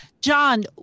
John